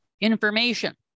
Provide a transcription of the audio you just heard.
information